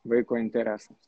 vaiko interesams